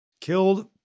killed